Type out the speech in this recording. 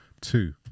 two